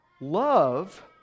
Love